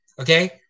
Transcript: okay